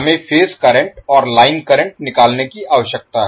हमें phase current और line current निकालने की आवश्यकता है